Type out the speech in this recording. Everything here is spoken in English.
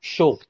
Show